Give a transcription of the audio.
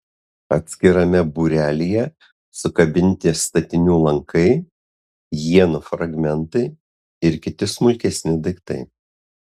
atskirame būrelyje sukabinti statinių lankai ienų fragmentai ir kiti smulkesni daiktai